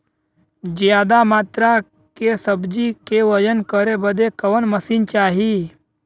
ज्यादा मात्रा के सब्जी के वजन करे बदे कवन मशीन चाही?